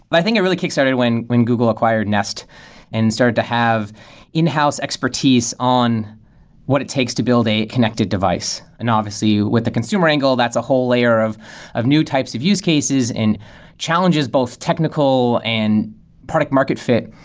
but i think it really kick-started when when google acquired nest and started to have in-house expertise on what it takes to build a connected device and obviously, with the consumer angle, that's a whole layer of of new types of use cases and challenges both technical and product market fit.